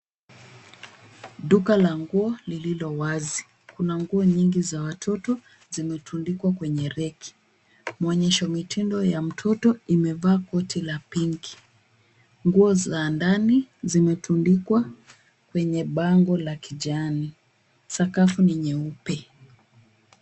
Duka la nguo lililo wazi. Kuna nguo nyingi za watoto zimetundikwa kwenye reki. Mwonyeshomitindo ya mtoto imevaa koti la pinki. Nguo za ndani zimetundikwa kwenye bango la kijani. Sakafu ni nyeupe.